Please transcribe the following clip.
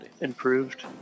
Improved